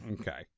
Okay